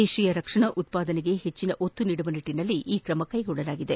ದೇಶೀಯ ರಕ್ಷಣಾ ಉತ್ವಾದನೆಗೆ ಹೆಚ್ಚು ಒತ್ತು ನೀಡುವ ನಿಟ್ಟನಲ್ಲಿ ಈ ಕ್ರಮ ತೆಗೆದುಕೊಳ್ಳಲಾಗಿದೆ